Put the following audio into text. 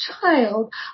child